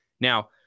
Now